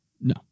no